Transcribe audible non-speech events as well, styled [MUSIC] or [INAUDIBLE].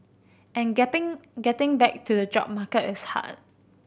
and [UNINTELLIGIBLE] getting back to the job market is hard